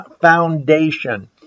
foundation